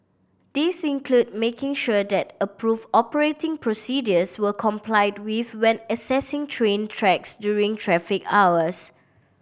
these include making sure that approved operating procedures were complied with when accessing train tracks during traffic hours